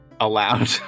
allowed